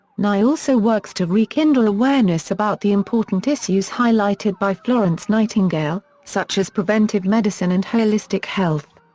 nigh also works to rekindle awareness about the important issues highlighted by florence nightingale, such as preventive medicine and holistic health.